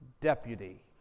deputy